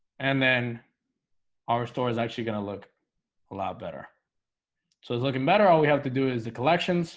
and then our store is actually going to look a lot better so it's looking better. all we have to do is the collections